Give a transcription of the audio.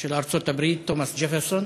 של ארצות-הברית, תומס ג'פרסון,